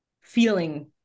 feeling